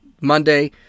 Monday